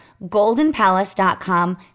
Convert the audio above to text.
GoldenPalace.com